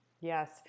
Yes